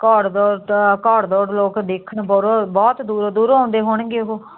ਘੜਦੌੜ ਤਾਂ ਘੜਦੌੜ ਲੋਕ ਦੇਖਣ ਬਹੁਰੋ ਬਹੁਤ ਦੂਰੋਂ ਦੂਰੋਂ ਆਉਂਦੇ ਹੋਣਗੇ ਉਹ